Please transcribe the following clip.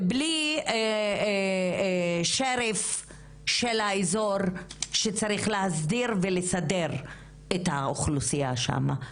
בלי שריף של האזור שצריך להסדיר ולסדר את האוכלוסייה שם.